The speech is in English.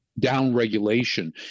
downregulation